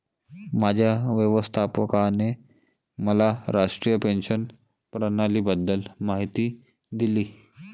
माझ्या व्यवस्थापकाने मला राष्ट्रीय पेन्शन प्रणालीबद्दल माहिती दिली